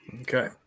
Okay